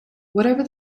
whatever